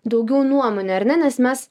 daugiau nuomonių ar ne nes mes